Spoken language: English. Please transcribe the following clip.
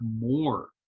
more